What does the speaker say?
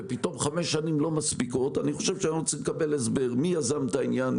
ופתאום חמש שנים לא מספיקות אנחנו צריכים לקבל הסבר מי יזם את העניין,